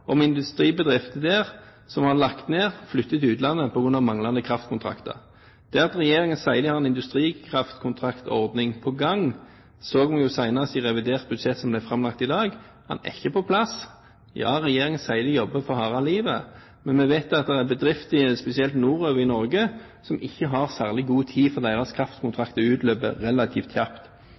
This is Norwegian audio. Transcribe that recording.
om industribedrifter der som har lagt ned og flyttet til utlandet på grunn av manglende kraftkontrakter. Regjeringen sier de har en industrikraftkontraktordning på gang, men vi ser senest i revidert nasjonalbudsjett, som ble framlagt i dag, at den er ikke på plass. Regjeringen sier de jobber for harde livet, men vi vet at det er bedrifter, spesielt nordover i Norge, som ikke har særlig god tid, for deres kraftkontrakter utløper relativt kjapt.